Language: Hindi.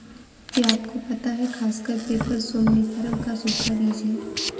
क्या आपको पता है खसखस, पैपर सोमनिफरम का सूखा बीज है?